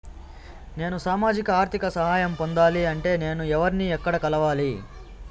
నేను సామాజిక ఆర్థిక సహాయం పొందాలి అంటే నేను ఎవర్ని ఎక్కడ కలవాలి?